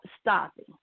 stopping